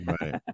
Right